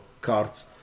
cards